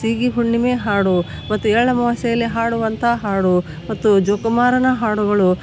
ಸೀಗಿ ಹುಣ್ಣಿಮೆ ಹಾಡು ಮತ್ತು ಎಳ್ಳು ಅಮಾವಾಸೆಯಲ್ಲಿ ಹಾಡುವಂಥ ಹಾಡು ಮತ್ತು ಜೊಕುಮಾರನ ಹಾಡುಗಳು